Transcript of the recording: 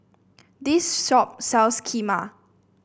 this shop sells Kheema